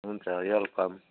हुन्छ वेलकम